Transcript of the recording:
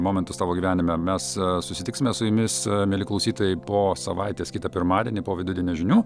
momentus tavo gyvenime mes susitiksime su jumis mieli klausytojai po savaitės kitą pirmadienį po vidudienio žinių